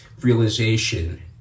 realization